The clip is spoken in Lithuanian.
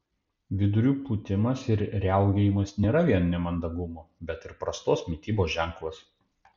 vidurių pūtimas ir riaugėjimas nėra vien nemandagumo bet ir prastos mitybos ženklas